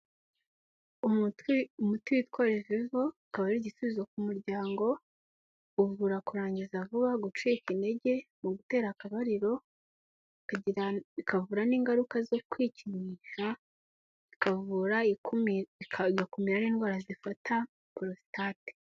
Umuti witwa revevo ukaba ari igisubizo ku muryango uvura kurangiza vuba, gucika intege mu gutera akabariro, bikavura n iningaruka zo kwikinisha ikavura igakumira n'indwara zifata porositate.